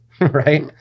Right